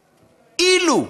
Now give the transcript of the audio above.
אילו,